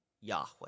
Yahweh